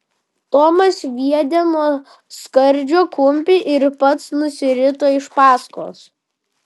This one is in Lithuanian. tomas sviedė nuo skardžio kumpį ir pats nusirito iš paskos